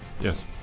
Yes